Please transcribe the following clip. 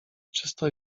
czysto